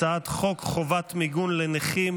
אני קובע כי הצעת חוק ביטוח בריאות ממלכתי (תיקון,